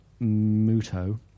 Muto